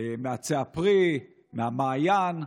מעצי הפרי, מהמעיין.